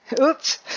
Oops